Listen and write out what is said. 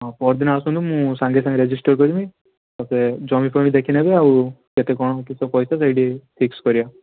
ହଁ ପରଦିନ ଆସନ୍ତୁ ମୁଁ ସାଙ୍ଗେ ସାଙ୍ଗେ ରେଜିଷ୍ଟର କରିବି ତା'ପରେ ଜମି ଫମି ଦେଖିନେବେ ଆଉ କେତେ କ'ଣ କିସ ପଇସା ସେଇଠି ଫିକ୍ସ କରିବା